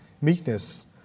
meekness